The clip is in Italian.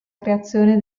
creazione